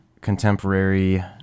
contemporary